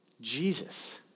Jesus